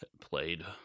Played